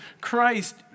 Christ